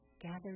Gathered